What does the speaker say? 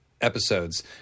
episodes